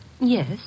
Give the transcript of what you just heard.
Yes